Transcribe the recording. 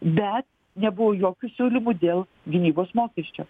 bet nebuvo jokių siūlymų dėl gynybos mokesčio